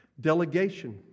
Delegation